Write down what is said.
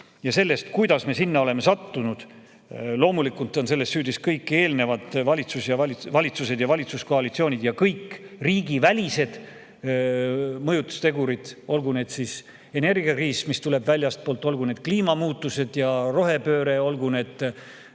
ja sellest, kuidas me siia oleme sattunud, on loomulikult süüdi kõik eelnevad valitsused ja valitsuskoalitsioonid ning kõik riigivälised mõjutustegurid, olgu see siis energiakriis, mis tuleb väljastpoolt, olgu need kliimamuutused ja rohepööre, olgu see